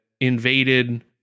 invaded